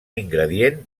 ingredient